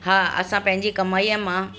हा असां पंहिंजी कमाईअ मां